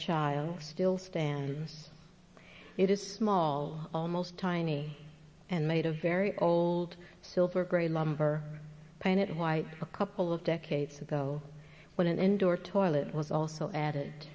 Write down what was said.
child still stands it is small almost tiny and made a very old silver gray lumber painted white for a couple of decades ago when an indoor toilet was also